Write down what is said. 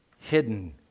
hidden